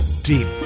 Deep